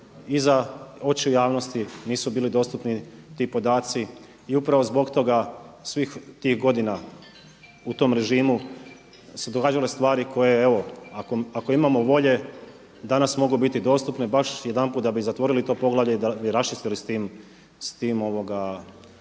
za oči javnosti nisu bili dostupni ti podaci. I upravo zbog toga svih tih godina u tom režimu su se događale stvari koje evo ako imamo volje danas mogu biti dostupne baš jedanput da bi zatvorili to poglavlje i da bi raščistili s tim vremenom.